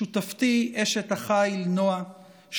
שותפתי אשת החיל נועה,